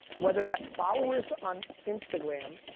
whether that's followers on instagram,